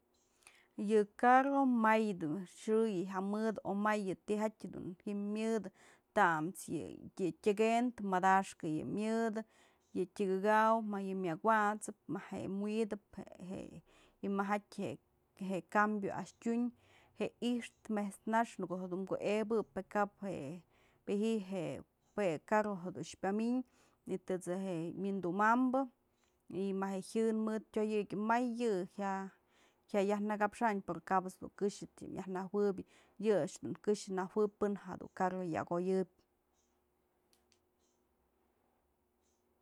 Yë carro maydu xë yë jya mëdë omay yë tyjatyë dun ji'im myëdë tam's yë tyekëndë madaxkë myëdë, yë tyëkëkaw më yë myëk awat'sëp. ma je'e wi'itëp y majatyë je'e cambio a'ax tyun, je i'ixtë met's nax në ko'o jedun ku'ebëp pë kap, pë ji'i je carro dun pyamyn y tët's je'e wyndum ambë y më je jyën mëdë tyoyëkyën may yë jya yaj nëkapxa'an pero kapës du këxë tyam yaj nëjuëbë, yë a'ax dun këxë nëjuëb pën jadun carro yak oyëbyë.